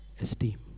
esteem